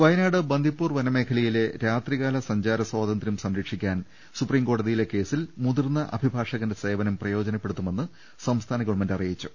വയനാട് ബന്ദിപൂർ വനമേഖലയിലെ രാത്രികാല സഞ്ചാര സ്വാതന്ത്രൃം സംരക്ഷിക്കാൻ സുപ്രീം കോടതിയിലെ കേസിൽ മുതിർന്ന അഭിഭാഷകന്റെ സേവനം പ്രയോജനപ്പെടുത്തുമെന്ന് സംസ്ഥാന ഗവൺമെന്റ് അറിയിച്ചു